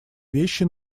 вещи